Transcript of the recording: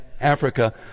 Africa